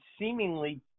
seemingly